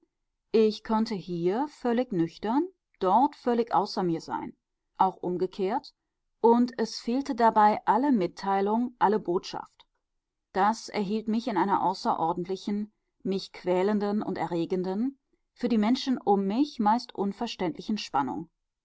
ich konnte hier völlig nüchtern dort völlig außer mir sein auch umgekehrt und es fehlte dabei alle mitteilung alle botschaft das erhielt mich in einer außerordentlichen mich quälenden und erregenden für die menschen um mich meist unverständlichen spannung